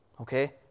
Okay